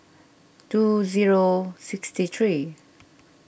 two zero six three